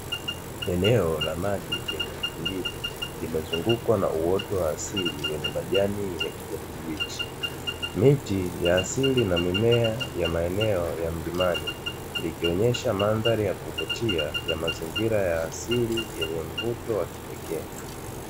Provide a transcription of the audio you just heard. Eneo la maji lenye utulivu, limezungukwa na uoto wa asili wenye majani ya kijani kibichi, miti ya asili na mimea ya maeneo ya milimani, ikionyesha mandhari ya kuvutia ya mazingira ya asili yenye mvuto wa kipekee.